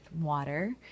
water